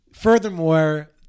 Furthermore